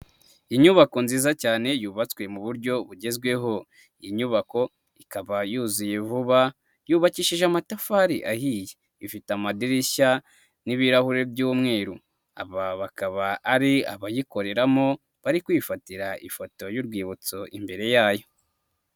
Inyubako nziza cyane yubatswe mu buryo bugezweho, iyi inyubako ikaba yuzuye vuba, yubakishije amatafari ahiye, ifite amadirishya n'ibirahuri by'umweru, aba bakaba ari abayikoreramo, bari kwifatira ifoto y'urwibutso imbere yayo.